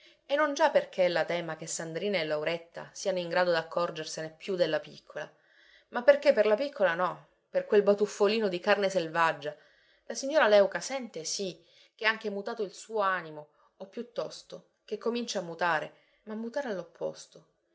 e non già perché ella tema che sandrina e lauretta siano in grado d'accorgersene più della piccola ma perché per la piccola no per quel batuffolino di carne selvaggia la signora léuca sente sì che è anche mutato il suo animo o piuttosto che comincia a mutare ma mutare all'opposto